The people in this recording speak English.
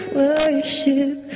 worship